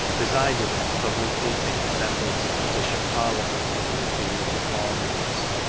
presided at the public meeting assembled to petition parliament for the repeal of the corn laws.